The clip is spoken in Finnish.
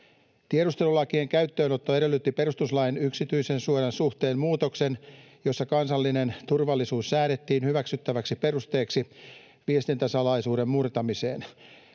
Tiedustelulakien käyttöönotto edellytti perustuslain yksityisyydensuojan suhteen muutoksen, jossa kansallinen turvallisuus säädettiin hyväksyttäväksi perusteeksi viestintäsalaisuuden murtamiseen.